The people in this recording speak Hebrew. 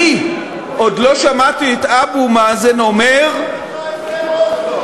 אני עוד לא שמעתי את אבו מאזן אומר, הסכם אוסלו.